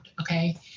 okay